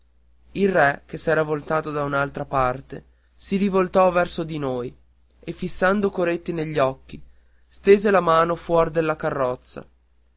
il re che s'era già voltato da un'altra parte si rivoltò verso di noi e fissando coretti negli occhi stese la mano fuor della carrozza